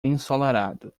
ensolarado